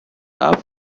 are